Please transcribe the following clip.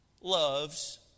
loves